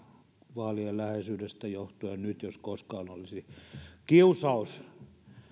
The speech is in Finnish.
vaalien läheisyydestä johtuen nyt jos koskaan olisi kiusaus